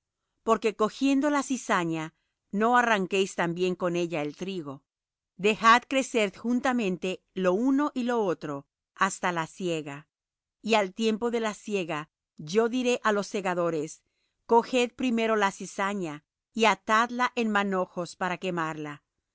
porque cogiendo la cizaña no arranquéis también con ella el trigo dejad crecer juntamente lo uno y lo otro hasta la siega y al tiempo de la siega yo diré á los segadores coged primero la cizaña y atadla en manojos para quemarla